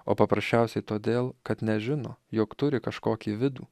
o paprasčiausiai todėl kad nežino jog turi kažkokį vidų